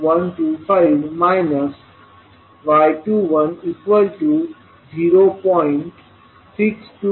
125 y21 0